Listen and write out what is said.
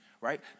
right